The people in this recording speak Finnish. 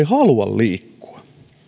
halua liikkua